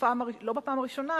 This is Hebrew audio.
לא בפעם הראשונה,